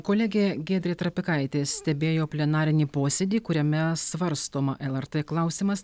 kolegė giedrė trapikaitė stebėjo plenarinį posėdį kuriame svarstoma lrt klausimas